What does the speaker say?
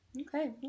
Okay